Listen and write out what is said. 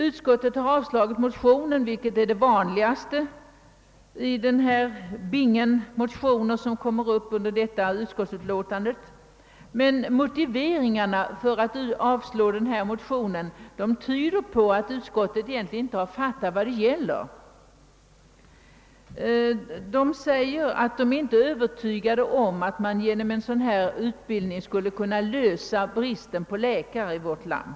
Utskottet har avstyrkt motionen, vilket är det vanligaste i den binge av motioner som kommer upp under detta utskottsutlåtande, men motiveringarna för avstyrkandet tyder på att utskottet egentligen inte fattat vad saken gäller. Utskottet säger att det inte är övertygat om att man genom den utbildning som jag föreslagit skulle kunna lösa bristen på läkare i vårt land.